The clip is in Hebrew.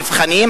מבחנים.